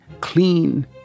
clean